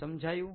સમજાયું